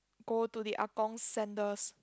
go to the ah-gong centers